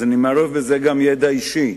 אז אני מערב בזה גם ידע אישי,